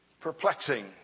perplexing